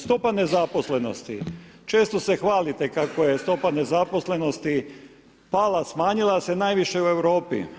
Stopa nezaposlenosti, često se hvalite kako je stopa nezaposlenosti pala, smanjila se najviše u Europi.